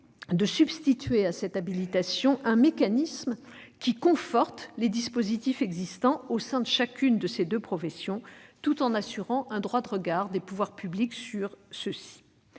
de substituer à cette habilitation un mécanisme qui conforte les dispositifs existants au sein de chacune de ces deux professions, tout en assurant un droit de regard des pouvoirs publics sur ceux-ci.